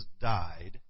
died